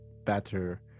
better